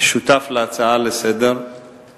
שותף להצעה לסדר-היום,